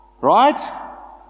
Right